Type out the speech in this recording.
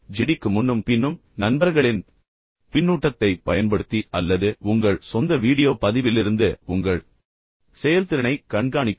ஜிடிக்கு முன்னும் பின்னும் நண்பர்களின் பின்னூட்டத்தைப் பயன்படுத்தி அல்லது உங்கள் சொந்த வீடியோ பதிவிலிருந்து உங்கள் செயல்திறனைக் கண்காணிக்கவும்